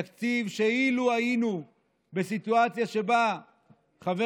תקציב שאילו היינו בסיטואציה שבה חבר